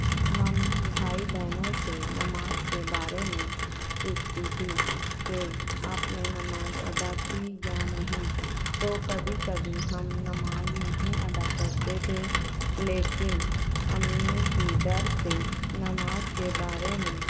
ہم بھائی بہنوں سے نماز کے بارے میں پوچھتی تھی کہ آپ نے نماز ادا کی یا نہیں تو کبھی کبھی ہم نماز نہیں ادا کرتے تھے لیکن امی کی ڈر سے نماز کے بارے میں